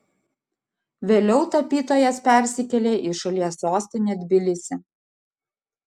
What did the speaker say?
vėliau tapytojas persikėlė į šalies sostinę tbilisį